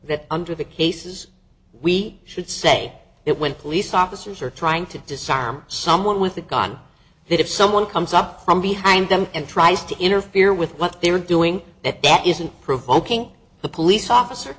that under the cases we should say it when police officers are trying to disarm someone with a gun that if someone comes up from behind them and tries to interfere with what they were doing that that isn't provoking the police officer